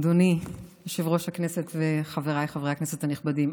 אדוני יושב-ראש הכנסת וחבריי חברי הכנסת הנכבדים.